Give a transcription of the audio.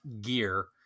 gear